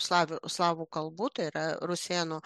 slavų slavų kalbų tai yra rusėnų